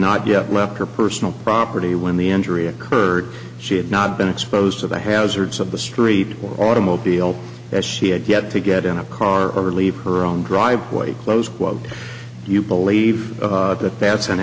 not yet left her personal property when the injury occurred she had not been exposed to the hazards of the street or automobile as she had yet to get in a car or leave her own driveway close quote you believe that that's